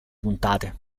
puntate